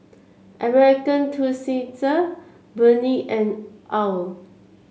American Tourister Burnie and OWL